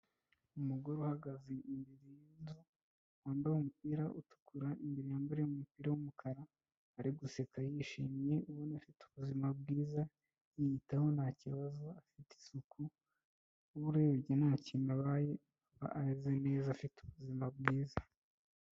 Umugore uhagaze imbere y'inzu, wambaye umupira utukura, imbere yambariyemo umupira w'umukara, ari guseka yishimye ubona afite ubuzima bwiza, yiyitaho nta kibazo afite isuku, urebye nta kintu abaye ameze neza afite ubuzima bwiza.